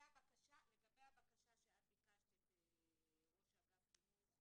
יש ארגוני הורים,